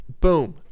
boom